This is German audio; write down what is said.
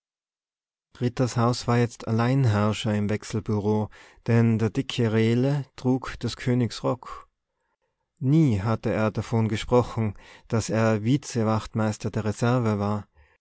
rittershaus war jetzt alleinherrscher im wechselbureau denn der dicke rehle trug des königs rock nie hatte er davon gesprochen daß er vizewachtmeister der reserve war